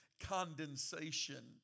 condensation